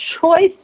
choice